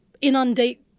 inundate